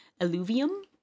alluvium